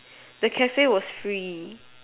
the cafe was free